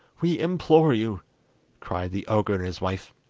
we implore you cried the ogre and his wife.